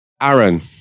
Aaron